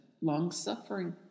Long-suffering